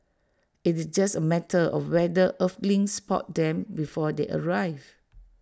IT is just A matter of whether Earthlings spot them before they arrive